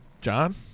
John